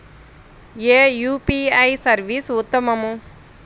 ఏ UPI service ఉత్తమము?